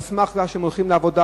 על סמך זה שהם הולכים לעבודה,